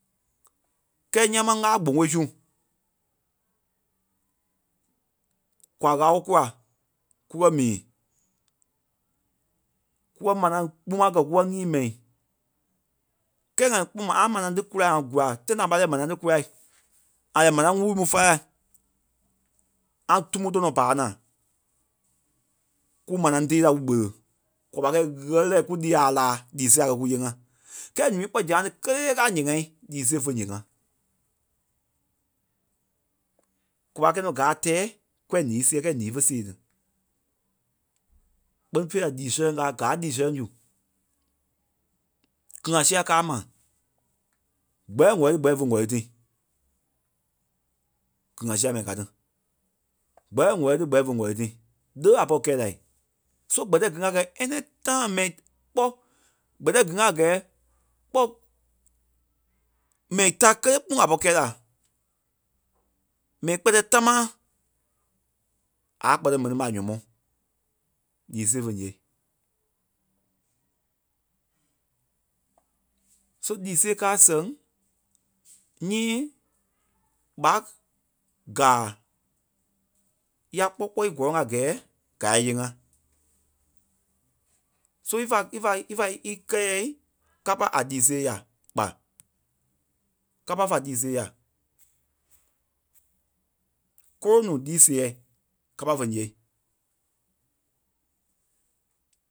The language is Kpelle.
Kɛ́ɛ ńyãa máŋ ŋ́gaa gboŋoi su. Kwa ɣáu kúla kú kɛ́ mii kúɛ manaŋ kpúa kɛ̀ kúɛ nyii mɛi. Kɛ́ ŋa ã- ã manaŋ tí kulai ã kùla, tãi da ŋa pâi lɛɛi manaŋ tí kúlai ŋa lɛɛ manaŋ tí kulai ŋa lɛɛ manaŋ wurui mu falai ŋá tumu tɔnɔ paa naa kúu manaŋ tée la kú gbele kwa pâi kɛ̂i ɣɛ́lɛi kú líi aâ laa lii sêe aâ kɛ́ kú yée ŋá. Kɛ́ɛ ǹúui kpɔ́ zãâi tí kélee káa ǹyée ŋái lii sêe fé ǹyée ŋá. Kwa pâi kɛ̂i nɔ́ gáai tɛɛi kúɛ níi sèɛɛi, kɛ́ɛ níi fé sèe ní. Kpɛ́ni fêi la lii sɛlɛŋ káa- gáa lii sɛlɛŋ su. Kili ŋa sîa káa ma gbɛ̂ɛ ɓé ŋ̀wɛli, gbɛ̂ɛ ɓé vé ŋ̀wɛli tí? Gili ŋa sîa ŋai ká tí. Ggbɛ̂ɛ ɓé ŋ̀wɛli, gbɛ̂ɛ ɓé vé ŋ̀wɛli tí? Lé a pɔ̂ri kɛ̂i lai? So gbɛ̀tɛi gíli ŋá a gɛ́ɛ any time mɛi pɔ́ gɛ̀tɛɛi gíli ŋá a gɛ́ɛ kpɔ́ mɛi tá kélee kpúŋ a pɔ̂ri kɛ̂i la. Mɛni kpɛtɛɛ támaa aâ kpɛ̀tɛ mɛni ma a nyɔ́mɔɔ, lii sêe fé ǹyêei. So lii sêe káa a sɛŋ nyíi ɓa gàa yá kpɔ́ kpɔi í gɔ́lɔŋ a gɛ́ɛ gáa íyee ŋá. So ífa- ífa- ífa- í- kɛ́ yɛ̂i kâpa a lii sêei yà, kpa kâpa fa lii sêei yà, kôlo nuu lii sèɛɛi kâpa fé ǹyêei.